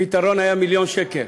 הפתרון היה מיליון שקל.